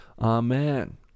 Amen